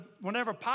whenever